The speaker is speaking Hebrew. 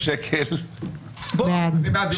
מי נמנע?